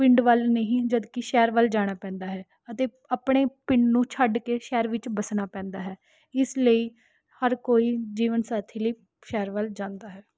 ਪਿੰਡ ਵੱਲ ਨਹੀਂ ਜਦਕਿ ਸ਼ਹਿਰ ਵੱਲ ਜਾਣਾ ਪੈਂਦਾ ਹੈ ਅਤੇ ਆਪਣੇ ਪਿੰਡ ਨੂੰ ਛੱਡ ਕੇ ਸ਼ਹਿਰ ਵਿੱਚ ਵੱਸਣਾ ਪੈਂਦਾ ਹੈ ਇਸ ਲਈ ਹਰ ਕੋਈ ਜੀਵਨਸਾਥੀ ਲਈ ਸ਼ਹਿਰ ਵੱਲ ਜਾਂਦਾ ਹੈ